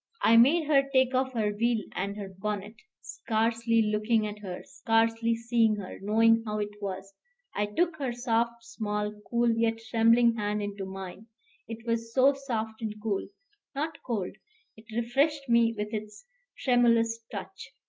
i made her take off her veil and her bonnet, scarcely looking at her, scarcely seeing her, knowing how it was i took her soft, small, cool, yet trembling hand into mine it was so soft and cool not cold it refreshed me with its tremulous touch.